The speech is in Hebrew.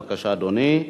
בבקשה, אדוני.